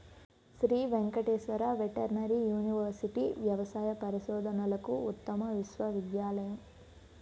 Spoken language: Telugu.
శ్రీ వెంకటేశ్వర వెటర్నరీ యూనివర్సిటీ వ్యవసాయ పరిశోధనలకు ఉత్తమ విశ్వవిద్యాలయం